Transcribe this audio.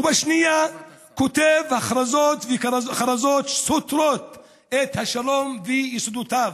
ובשנייה כותב הכרזות וכרזות שסותרות את השלום ויסודותיו.